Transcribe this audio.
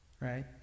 Right